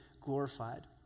glorified